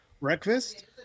Breakfast